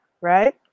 right